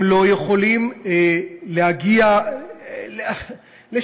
הם לא יכולים להגיע לשום,